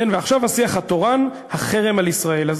ועכשיו השיח התורן, החרם על ישראל.